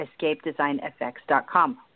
Escapedesignfx.com